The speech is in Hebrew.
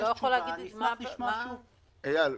איל,